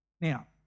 Now